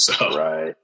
Right